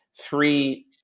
Three